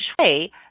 shui